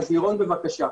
לירון בבקשה.